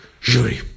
jury